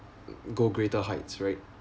go greater heights right